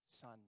son